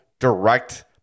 direct